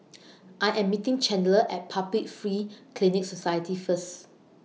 I Am meeting Chandler At Public Free Clinic Society First